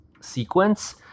sequence